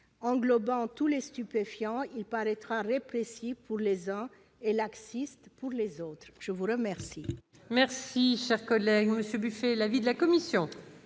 Englobant tous les stupéfiants, il paraîtra répressif pour les uns et laxiste pour les autres. Quel